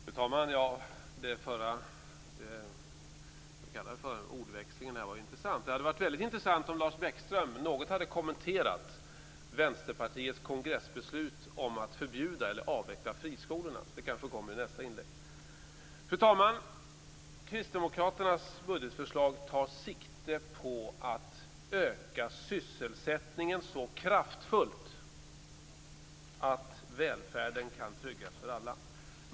Fru talman! Den förra - ja, vad skall man kalla det - ordväxlingen var intressant. Det hade varit väldigt intressant om Lars Bäckström något hade kommenterat Vänsterpartiets kongressbeslut om att förbjuda eller avveckla friskolorna. Det kanske kommer i nästa inlägg. Fru talman! Kristdemokraternas budgetförslag tar sikte på att öka sysselsättningen så kraftfullt att välfärden kan tryggas för alla.